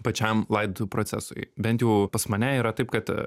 pačiam laidotuvių procesui bent jau pas mane yra taip kad